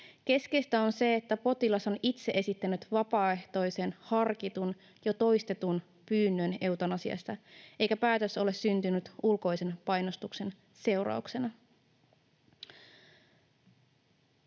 Keskeistä on se, että potilas on itse esittänyt vapaaehtoisen, harkitun, jo toistetun pyynnön eutanasiasta eikä päätös ole syntynyt ulkoisen painostuksen seurauksena.